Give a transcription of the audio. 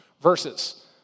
verses